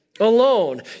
alone